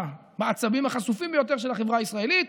בעצבים החשופים ביותר של החברה הישראלית.